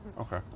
Okay